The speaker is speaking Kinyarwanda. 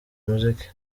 muziki